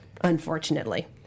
Unfortunately